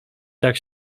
tak